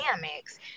dynamics